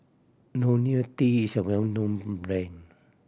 Ionil T is a well known brand